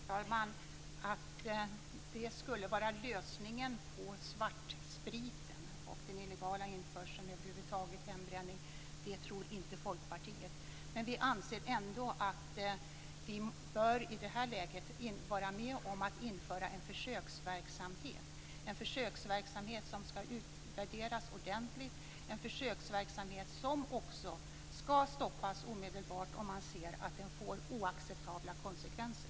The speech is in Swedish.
Herr talman! Folkpartiet tror inte att detta är lösningen på problemet med svartspriten och den illegala införseln. Men vi anser ändå att vi i det här läget bör införa en försöksverksamhet som ska utvärderas ordentligt. Den ska stoppas omedelbart om den får oacceptabla konsekvenser.